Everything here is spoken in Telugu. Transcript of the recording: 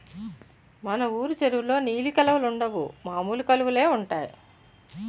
మన వూరు చెరువులో నీలి కలువలుండవు మామూలు కలువలే ఉంటాయి